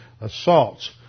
assaults